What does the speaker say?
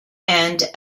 and